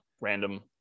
random